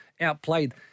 outplayed